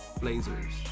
blazers